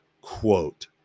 quote